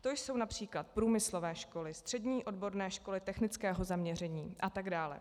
To jsou např. průmyslové školy, střední odborné školy technického zaměření atd.